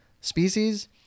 species